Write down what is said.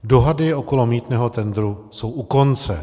Dohady kolem mýtného tendru jsou u konce.